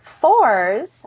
Fours